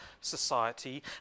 society